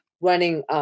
running